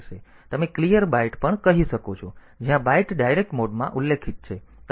તેથી તમે clear byte પણ કહી શકો છો જ્યાં બાઈટ ડાયરેક્ટ મોડમાં ઉલ્લેખિત છે